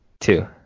two